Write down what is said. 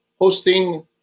hosting